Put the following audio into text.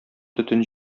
төтен